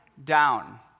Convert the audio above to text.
down